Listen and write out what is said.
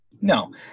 No